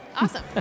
awesome